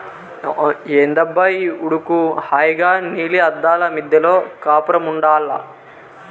ఏందబ్బా ఈ ఉడుకు హాయిగా నీలి అద్దాల మిద్దెలో కాపురముండాల్ల